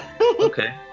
Okay